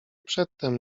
przedtem